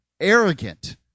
arrogant